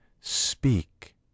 Speak